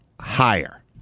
higher